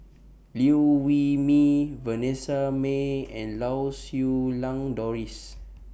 Liew Wee Mee Vanessa Mae and Lau Siew Lang Doris